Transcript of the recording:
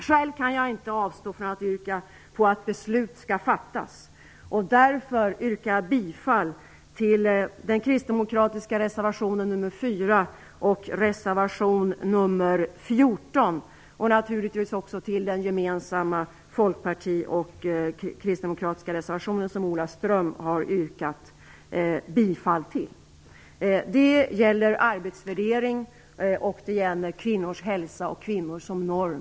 Själv kan jag inte avstå från att säga att jag tycker att beslut skall fattas. Därför yrkar jag bifall till den kristdemokratiska reservationen nr 4 och reservation nr 14, och naturligtvis också till den gemensamma folkpartistiska och kristdemokratiska reservation som Ola Ström har yrkat bifall till. Det gäller arbetsvärdering och det gäller kvinnors hälsa och kvinnor som norm.